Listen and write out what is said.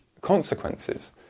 consequences